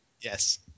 Yes